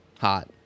Hot